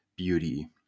beauty